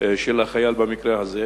של החייל במקרה הזה,